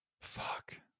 fuck